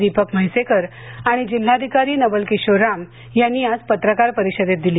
दीपक म्हैसेकर आणि जिल्हाधिकारी नवल किशोर राम यांनी आज पत्रकार परिषदेत दिली